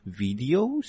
videos